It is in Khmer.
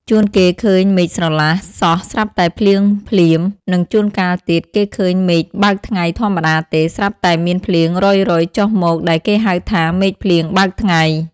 ជួនគេឃើញមេឃស្រឡះសោះស្រាប់តែភ្លៀងភ្លាម និងជួនកាលទៀត គេឃើញមេឃបើកថ្ងៃធម្មតាទេ ស្រាប់តែមានភ្លៀងរ៉ុយៗចុះមកដែលគេហៅថា មេឃភ្លៀងបើកថ្ងៃ ។